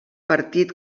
partit